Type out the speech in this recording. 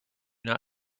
not